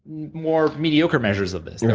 more mediocre measures of this. right.